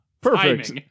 Perfect